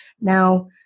Now